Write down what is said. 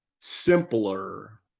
simpler